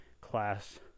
class